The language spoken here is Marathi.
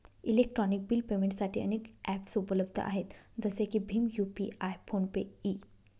इलेक्ट्रॉनिक बिल पेमेंटसाठी अनेक ॲप्सउपलब्ध आहेत जसे की भीम यू.पि.आय फोन पे इ